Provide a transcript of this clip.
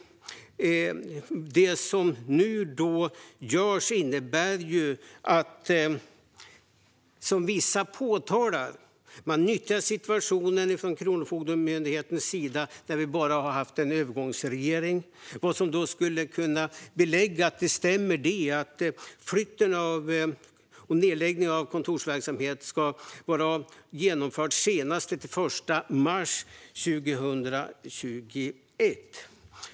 Det som nu görs innebär ju att man från Kronofogdemyndigheten - som vissa påtalar - nyttjar situationen när vi bara har haft en övergångsregering. Vad som skulle kunna belägga att det stämmer är att flytten och nedläggningen av kontorsverksamhet ska vara genomförd senast den 31 mars 2021.